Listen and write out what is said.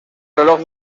reloj